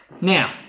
Now